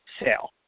sale